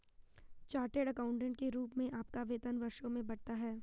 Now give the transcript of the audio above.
chartered accountant के रूप में आपका वेतन वर्षों में बढ़ता है